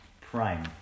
Prime